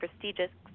prestigious